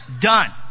Done